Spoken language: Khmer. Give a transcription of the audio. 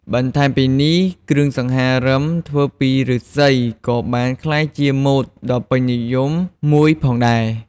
បន្ថែមពីនេះ គ្រឿងសង្ហារឹមធ្វើពីឫស្សីក៏បានក្លាយជាម៉ូដដ៏ពេញនិយមមួយផងដែរ។